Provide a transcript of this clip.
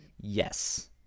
yes